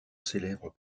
célèbre